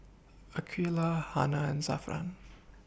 Aqeelah Hana and Zafran